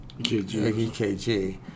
EKG